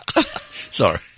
Sorry